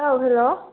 औ हेल'